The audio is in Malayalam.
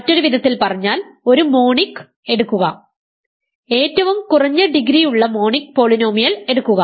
മറ്റൊരു വിധത്തിൽ പറഞ്ഞാൽ ഒരു മോണിക് എടുക്കുക ഏറ്റവും കുറഞ്ഞ ഡിഗ്രി ഉള്ള മോണിക് പോളിനോമിയൽ എടുക്കുക